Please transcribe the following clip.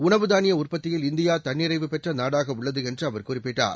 உணவு தானியஉற்பத்தியில் இந்தியாதன்னிறைவு பெற்றநாடாகஉள்ளதுஎன்றுஅவர் குறிப்பிட்டார்